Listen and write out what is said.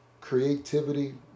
creativity